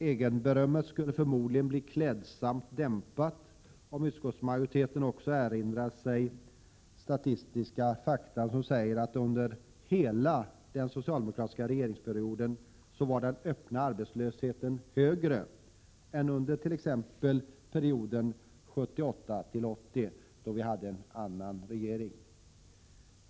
Egenberömmet skulle förmodligen bli klädsamt dämpat om utskottsmajoriteten också erinrade sig de statistiska fakta som säger att den öppna arbetslösheten under hela den socialdemokratiska regeringsperioden var högre än under t.ex. perioden 1978-1980, då vi hade en annan regering.